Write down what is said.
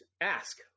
ask